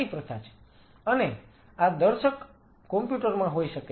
અને આ દર્શક કોમ્પ્યુટર માં હોઈ શકે છે